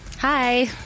Hi